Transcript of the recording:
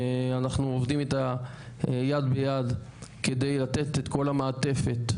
שאנחנו עובדים איתה יד ביד כדי לתת את כל המעטפת.